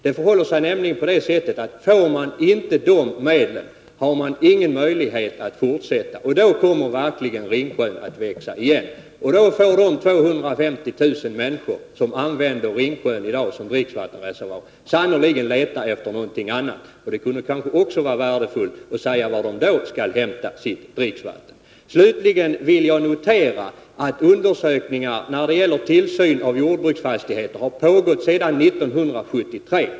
Det n förhåller sig nämligen på det sättet att kommittén — om den inte får de medlen — inte har någon möjlighet att fortsätta sitt arbete. Då kommer verkligen Ringsjön att växa igen, och då får de 250 000 människor som i dag har Ringsjön som dricksvattensreservoar sannerligen leta efter något annat. Det kanske vore värdefullt om man talade om var de då skall hämta sitt dricksvatten. Slutligen vill jag notera att undersökningar när det gäller tillsyn av jordbruksfastigheter har pågått sedan 1973.